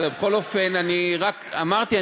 בכל אופן, אני רק אמרתי.